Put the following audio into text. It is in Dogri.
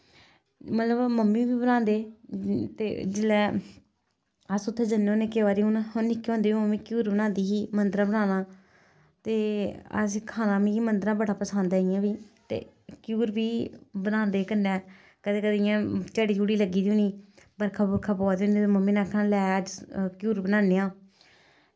मतलब मम्मी बी बनांदे ते जिल्लै अस उत्थै जन्ने होन्ने केईं बार हून निक्के होदे मम्मी घ्यूर बनांदी ही मद्धरा बनाना ते असें खाना मद्धरा बड़ा पसंद होंदा इ'यां बी ते घ्यूर बी बनांदे कन्नै कदें कदें इ'यां झड़ी झुड़ी लग्गी दी होनी बर्खा बुर्खा पवै दी होंदी फिर मम्मी नै आखना लै घ्यूर बनान्ने आं ते